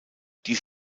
dies